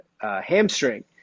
hamstring